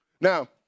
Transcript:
Now